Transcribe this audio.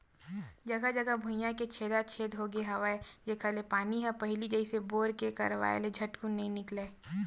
जघा जघा भुइयां के छेदा छेद होगे हवय जेखर ले पानी ह पहिली जइसे बोर के करवाय ले झटकुन नइ निकलय